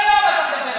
כל היום אתה מדבר על זה.